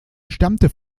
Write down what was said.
stammt